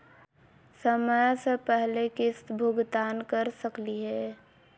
समय स पहले किस्त भुगतान कर सकली हे?